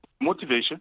Motivation